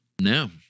No